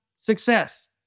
success